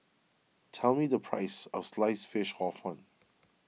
tell me the price of Sliced Fish Hor Fun